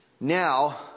Now